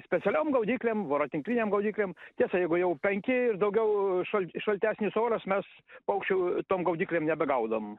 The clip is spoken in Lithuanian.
specialiom gaudyklėm voratinklinėm gaudyklėm tiesa jeigu jau penki ir daugiau šal šaltesnis oras mes paukščių tom gaudyklėm nebegaudom